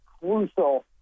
crucial